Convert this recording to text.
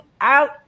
out